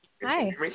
Hi